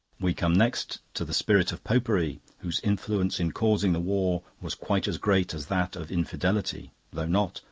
we come next to the spirit of popery, whose influence in causing the war was quite as great as that of infidelity, though not,